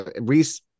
Reese